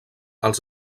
als